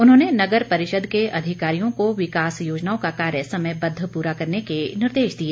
उन्होंन नगर परिषद के अधिकारियों को विकास योजनाओं का कार्य समयबद्ध पूरा करने के निर्देश दिए